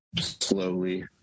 slowly